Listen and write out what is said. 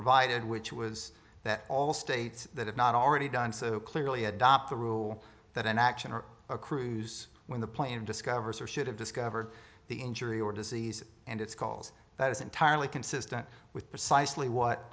provided which was that all states that have not already done so clearly adopt the rule that an action or a cruise when the plane discovers or should have discovered the injury or disease and its goals that is entirely consistent with precisely what